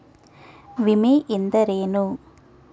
ವಿಮೆ ಎಂದರೇನು?